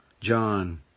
John